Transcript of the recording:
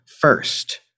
first